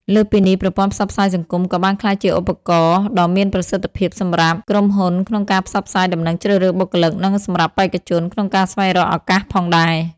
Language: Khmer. លើសពីនេះ ប្រព័ន្ធផ្សព្វផ្សាយសង្គម ក៏បានក្លាយជាឧបករណ៍ដ៏មានប្រសិទ្ធភាពសម្រាប់ក្រុមហ៊ុនក្នុងការផ្សព្វផ្សាយដំណឹងជ្រើសរើសបុគ្គលិក និងសម្រាប់បេក្ខជនក្នុងការស្វែងរកឱកាសផងដែរ។